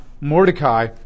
Mordecai